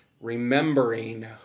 remembering